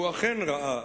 הוא אכן ראה